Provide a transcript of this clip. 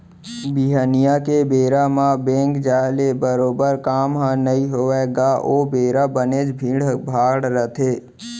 बिहनिया के बेरा म बेंक जाय ले बरोबर काम ह नइ होवय गा ओ बेरा बनेच भीड़ भाड़ रथे